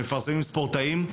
כשמפרסמים ספורטאים,